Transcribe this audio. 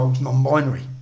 non-binary